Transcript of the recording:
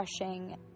refreshing